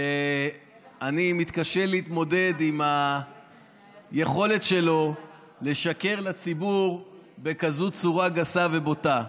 ואני מתקשה להתמודד עם היכולות שלו לשקר לציבור בכזאת צורה גסה ובוטה,